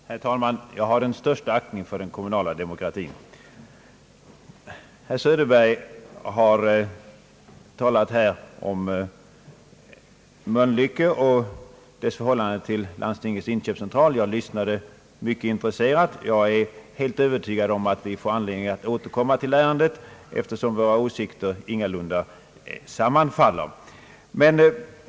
Herr talman! Jag hyser den största aktning för den kommunala demokratin! Herr Söderberg har talat om Mölnlycke och dess förhållande till Landstingens inköpscentral. Jag lyssnade mycket intresserat. Jag är helt övertygad om att vi får anledning att återkomma till ärendet, eftersom våra åsikter ingalunda sammanfaller.